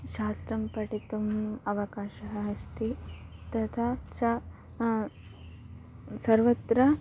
शास्त्रं पठितुम् अवकाशः अस्ति तथा च सर्वत्र